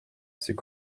c’est